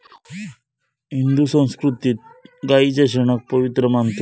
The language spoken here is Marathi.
हिंदू संस्कृतीत गायीच्या शेणाक पवित्र मानतत